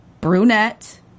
brunette